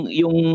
yung